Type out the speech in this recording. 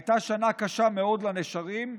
הייתה שנה קשה מאוד לנשרים.